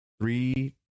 three